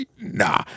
Nah